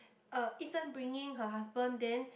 uh Yi-Zhen bringing her husband then